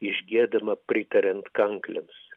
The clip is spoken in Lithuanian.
išgiedama pritariant kanklėms